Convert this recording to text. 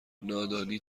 نادانی